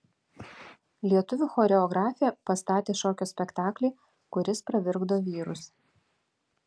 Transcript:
lietuvių choreografė pastatė šokio spektaklį kuris pravirkdo vyrus